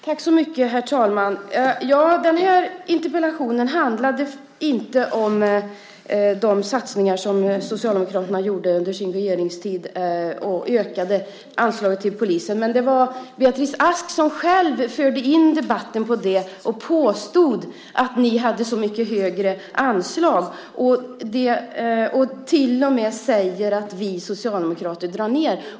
Herr talman! Den här interpellationen handlade inte om de satsningar som Socialdemokraterna gjorde under sin regeringstid och det ökade anslaget till polisen. Det var Beatrice Ask som själv förde in debatten på det och påstod att de hade så mycket högre anslag. Hon säger till och med att vi socialdemokrater drar ned.